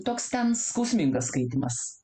toks ten skausmingas skaitymas